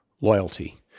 loyalty